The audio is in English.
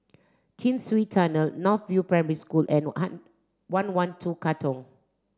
Chin Swee Tunnel North View Primary School and one one two Katong